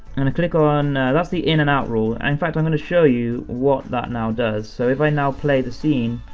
and i click on that's the in and out rule. and in fact, i'm gonna show you, what that now does. so if i now play the scene,